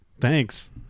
Thanks